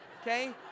okay